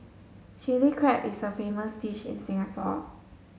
Chilli Crab is a famous dish in Singapore